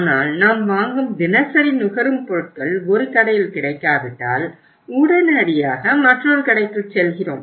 ஆனால் நாம் வாங்கும் தினசரி நுகரும் பொருட்கள் ஒரு கடையில் கிடைக்காவிட்டால் உடனடியாக மற்றொரு கடைக்குச் செல்கிறோம்